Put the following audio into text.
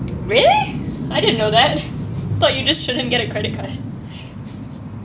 really I didn't know that thought you just shouldn't get a credit card